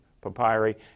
papyri